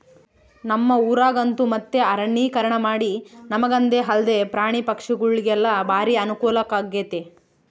ನಮ್ಮ ಊರಗಂತೂ ಮತ್ತೆ ಅರಣ್ಯೀಕರಣಮಾಡಿ ನಮಗಂದೆ ಅಲ್ದೆ ಪ್ರಾಣಿ ಪಕ್ಷಿಗುಳಿಗೆಲ್ಲ ಬಾರಿ ಅನುಕೂಲಾಗೆತೆ